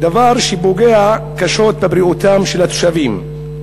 דבר שפוגע קשות בבריאותם של התושבים.